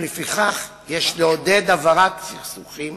ולפיכך יש לעודד העברת סכסוכים